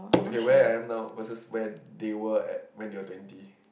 okay where I am now versus where they were at when they were twenty